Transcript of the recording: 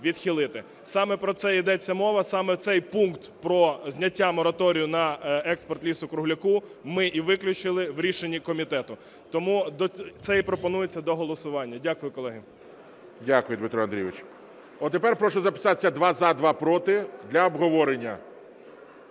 Саме про це йдеться мова, саме цей пункт про зняття мораторію на експорт лісу-кругляку ми і виключили в рішенні комітету. Тому це і пропонується до голосування. Дякую, колеги. ГОЛОВУЮЧИЙ. Дякую, Дмитре Андрійовичу. От тепер прошу записатися: два – за, два – проти, для обговорення.